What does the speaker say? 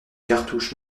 cartouches